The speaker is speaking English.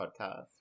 podcast